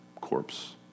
corpse